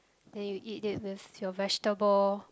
then you eat this with your vegetables